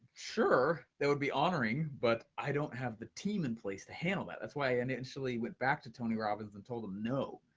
sure, that would be honoring, but i don't have the team in place to handle that. that's why i initially went back to tony robbins and told him no.